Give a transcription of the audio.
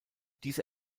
diese